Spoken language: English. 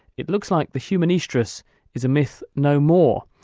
it looks like the human oestrus is a myth no more.